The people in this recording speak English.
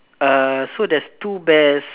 err so there's two bears